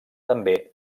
també